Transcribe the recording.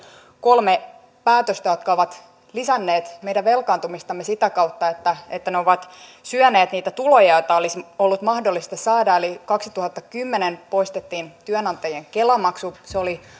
kolme päätöstä jotka ovat lisänneet meidän velkaantumistamme sitä kautta että että ne ovat syöneet niitä tuloja joita olisi ollut mahdollista saada eli kaksituhattakymmenen poistettiin työnantajien kela maksu se oli